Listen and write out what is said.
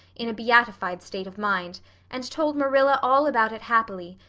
in a beatified state of mind and told marilla all about it happily,